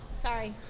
sorry